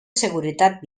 seguretat